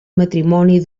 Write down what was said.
matrimoni